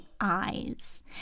eyes